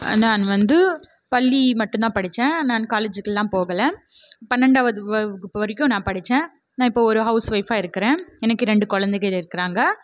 நான் வந்து பள்ளி மட்டும் தான் படித்தேன் நான் காலேஜிக்குலாம் போகலை பன்னண்டாவது வகுப்பு வரைக்கும் நான் படித்தேன் நான் இப்போது ஒரு ஹவுஸ் வொய்ஃபாக இருக்கிறேன் எனக்கு ரெண்டு குழந்தைக இருக்கிறாங்க